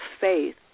faith